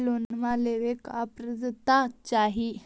Loan लेवेला का पात्रता चाही?